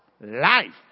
Life